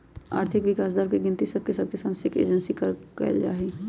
आर्थिक विकास दर के गिनति देश सभके सांख्यिकी एजेंसी द्वारा कएल जाइ छइ